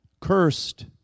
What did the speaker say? Cursed